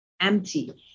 empty